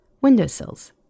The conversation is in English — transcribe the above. windowsills